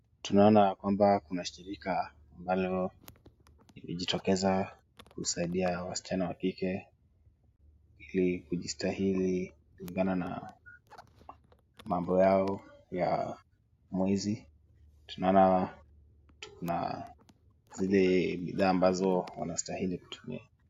Tunaona kwamba kuna shirika ambalo limejitokeza kusaidia wasichana wa kike ili kujistahili kulingana na mambo yao ya mwezi. Tunaona tuko na zile bidhaa ambazo wanastahili kutumia.